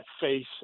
face